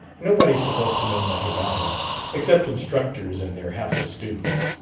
nobody's supposed to know much about him except instructors and their hapless students.